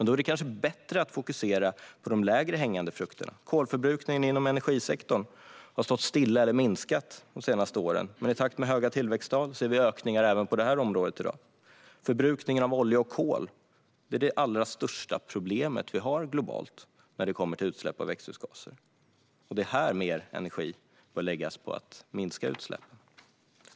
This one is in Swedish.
Då är det kanske bättre att fokusera på de lägre hängande frukterna. Kolförbrukningen inom energisektorn har stått stilla eller minskat de senaste åren, men i takt med höga tillväxttal ser vi ökningar även på det området i dag. Förbrukningen av olja och kol är det allra största problem vi har globalt när det kommer till utsläpp av växthusgaser, och det är här mer energi bör läggas på att minska utsläppen.